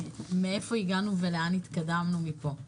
מאיפה הגענו ולאן התקדמנו מפה.